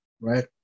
right